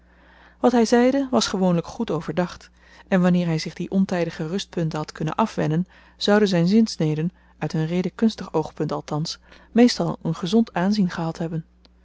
wat hy zeide was gewoonlyk goed overdacht en wanneer hy zich die ontydige rustpunten had kunnen afwennen zouden zyn zinsneden uit een redekunstig oogpunt althans meestal een gezond aanzien gehad hebben